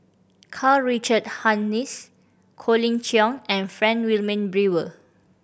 Karl Richard Hanitsch Colin Cheong and Frank Wilmin Brewer